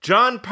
John